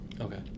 Okay